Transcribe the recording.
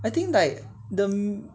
I think like the